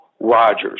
Rogers